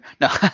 No